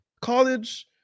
college